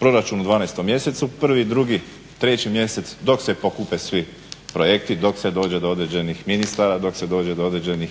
Proračun u 12. mjesecu, 1., 2., 3. mjesec dok se pokupe svi projekti, dok se dođe do određenih ministara, dok se dođe do određenih